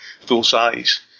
full-size